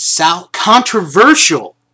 Controversial